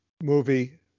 movie